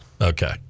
Okay